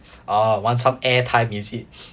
ah want some airtime is it